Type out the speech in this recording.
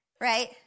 right